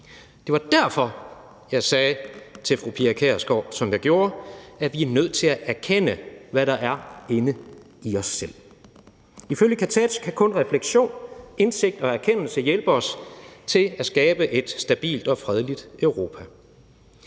Det var derfor, jeg sagde til fru Pia Kjærsgaard, som jeg gjorde, altså at vi nødt til at erkende, hvad der er inde i os selv. Ifølge Kertész kan kun refleksion, indsigt og erkendelse hjælpe os til at skabe et stabilt og fredeligt Europa.